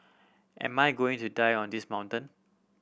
am I going to die on this mountain